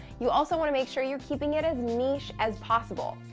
you also want to make sure you're keeping it as niche as possible.